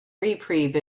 reprieve